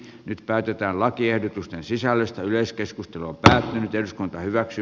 nyt päätetään lakiehdotusten sisällöstä yleiskeskustelua tähden hyväksy